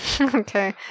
Okay